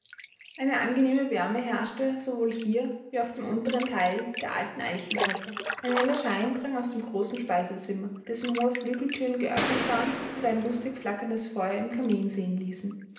eine angenehme wärme herrschte sowohl hier wie auf dem unteren teil der alten eichentreppe ein heller schein drang aus dem großen speisezimmer dessen hohe flügelthüren geöffnet waren und ein lustig flackerndes feuer im kamin sehen ließen